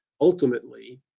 Ultimately